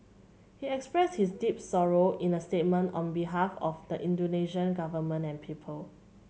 he expressed his deep sorrow in a statement on behalf of the Indonesian Government and people